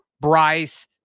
Bryce